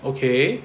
okay